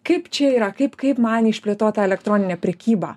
kaip čia yra kaip kaip man išplėtot tą elektroninę prekybą